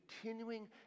continuing